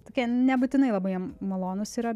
tokie nebūtinai labai malonūs yra